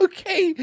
Okay